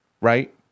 right